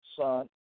Son